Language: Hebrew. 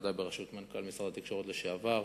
ועדה בראשות מנכ"ל משרד התקשורת לשעבר,